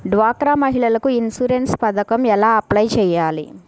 డ్వాక్రా మహిళలకు ఇన్సూరెన్స్ పథకం ఎలా అప్లై చెయ్యాలి?